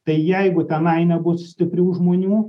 tai jeigu tenai nebus stiprių žmonių